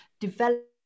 develop